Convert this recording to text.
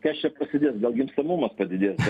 kas čia prasidės gal gimstamumas padidės